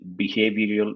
behavioral